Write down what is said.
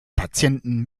patienten